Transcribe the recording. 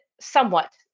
somewhat